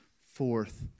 forth